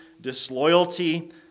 disloyalty